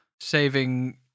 Saving